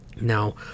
now